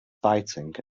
fighting